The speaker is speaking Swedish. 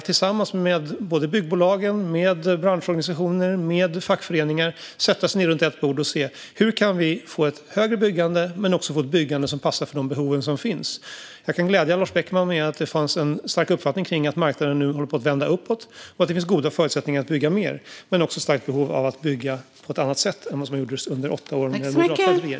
Tillsammans med byggbolag, branschorganisationer och fackföreningar kunde vi sätta oss runt ett bord för att se hur vi kan få ett ökat byggande men också ett byggande som passar de behov som finns. Jag kan glädja Lars Beckman med att det fanns en stark uppfattning om att marknaden håller på att vända uppåt, att det finns goda förutsättningar för att bygga mer och ett starkt behov av att bygga på ett annat sätt än man gjorde under åtta år med en moderatledd regering.